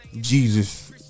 Jesus